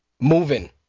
moving